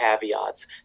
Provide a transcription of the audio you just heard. caveats